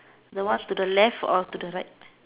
the one to the left or to the right